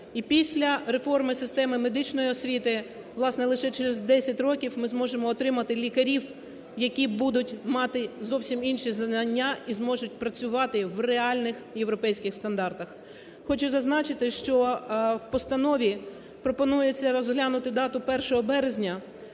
І після реформи системи медичної освіти, власне, лише через 10 років, ми зможемо отримати лікарів, які будуть мати зовсім інші знання і зможуть працювати в реальних європейських стандартах. Хочу зазначити, що в постанові пропонується розглянути дату 1 березня.